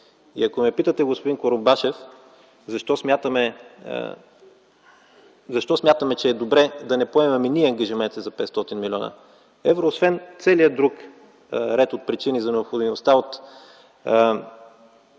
И ако ме питате, господин Курумбашев, защо смятаме, че е добре да не поемаме ние ангажимента за 500 млн. евро – освен целия друг ред от причини за необходимостта от